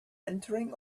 entering